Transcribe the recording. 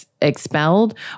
expelled